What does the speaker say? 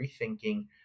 rethinking